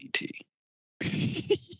E-T